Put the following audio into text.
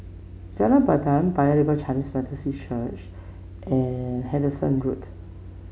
Jalan Pandan Paya Lebar Chinese Methodist Church and Hendon Road